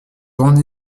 grande